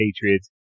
Patriots